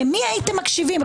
למי הייתם מקשיבים?